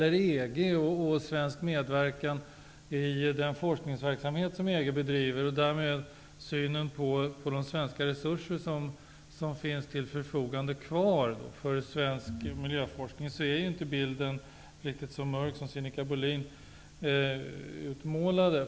När det gäller svensk medverkan i den forskningsverksamhet som EG bedriver och hur stora svenska resurser som därutöver står till förfogande för svensk miljöforskning är bilden inte riktigt så mörk som Sinikka Bohlin utmålade.